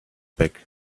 back